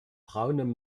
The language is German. braunen